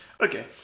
Okay